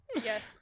Yes